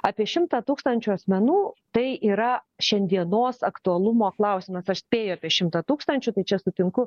apie šimtą tūkstančių asmenų tai yra šiandienos aktualumo klausimas aš spėju apie šimtą tūkstančių tai čia sutinku